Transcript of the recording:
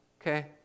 okay